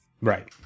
right